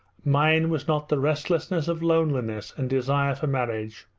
mine was not the restlessness of loneliness and desire for marriage,